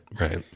Right